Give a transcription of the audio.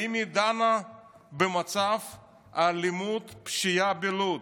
האם היא דנה במצב האלימות, הפשיעה בלוד?